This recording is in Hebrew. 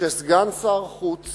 שסגן שר החוץ